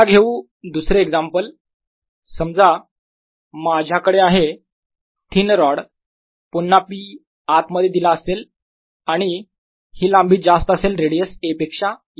चला घेऊ दुसरे एक्झाम्पल समजा माझ्याकडे आहे थिन रॉड पुन्हा p आत मध्ये दिला असेल आणि ही लांबी जास्त असेल रेडियस a पेक्षा या इथे